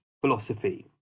philosophy